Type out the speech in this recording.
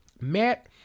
Matt